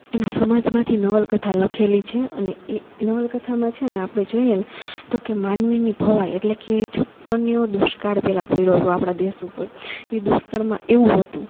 એના સમાજમાંથી નવલકથા લખેલી છે અને એ નવલકથામાં છે ને આપડે જોઈએ ને તો કે માનવીની ભવાઈ એટલે કે છપનિયો દુષ્કાળ પેલા પયડો તો આપડા દેશ ઉપર ઈ દુષ્કાળમાં એવું હતું